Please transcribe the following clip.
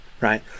right